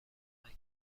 ونک